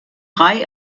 drei